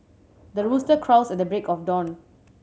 the rooster crows at the break of dawn